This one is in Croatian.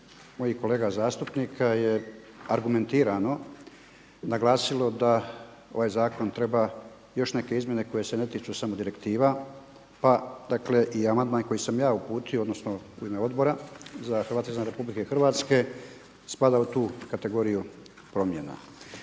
mojih kolega zastupnika je argumentirano naglasilo da ovaj zakon treba još neke izmjene koje se ne tiču samo direktiva, pa dakle i amandman koji sam ja uputio, odnosno u ime Odbora za Hrvate izvan RH spada u tu kategoriju promjena.